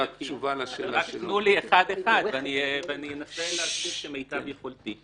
תנו לי אחד אחד ואני אנסה להסביר כמיטב יכולתי.